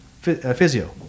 physio